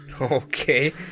Okay